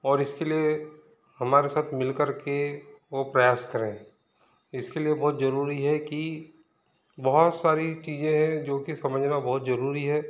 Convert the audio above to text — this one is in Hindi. और इसके लिए हमारे साथ मिल करके वो प्रयास करें इसके लिए बहुत जरूरी है कि बहुत सारी चीज़ें है जोकि समझना बहुत जरूरी है